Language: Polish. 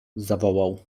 zawołał